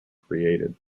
created